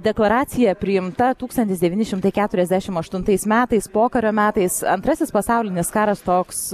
deklaracija priimta tūkstantis devyni šimtai keturiasdešimt aštuntais metais pokario metais antrasis pasaulinis karas toks